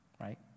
right